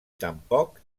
tampoc